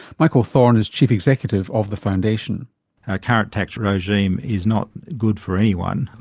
michael thorn is chief executive of the foundation. our current tax regime is not good for anyone.